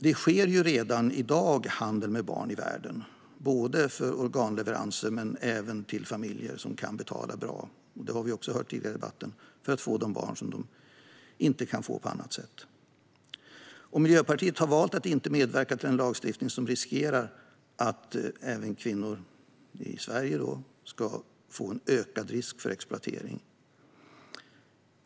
Redan i dag sker det handel med barn i världen, både för organleveranser och för adoption till familjer som kan betala bra för att få barn som de inte kan få på annat sätt. Miljöpartiet har valt att inte medverka till en lagstiftning som riskerar att leda till att kvinnor även i Sverige utsätts för en ökad risk för exploatering.